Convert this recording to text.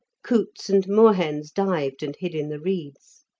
coots and moorhens dived and hid in the reeds.